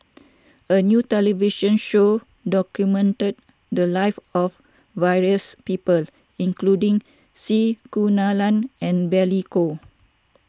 a new television show documented the lives of various people including C Kunalan and Billy Koh